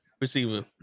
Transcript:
receiver